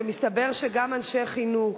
ומסתבר שגם אנשי חינוך.